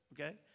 Okay